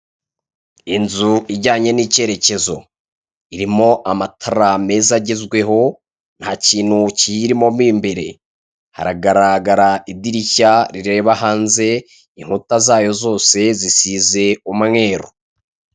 Inzu ijyanye n'icyerekezo, irimo amatara meza agezweho, ntakintu kiyirimo m'imbere, haragaragara idirishya rireba hanze, inkuta zayo zose zisize umweru.